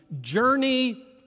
Journey